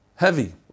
heavy